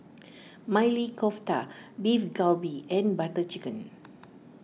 Maili Kofta Beef Galbi and Butter Chicken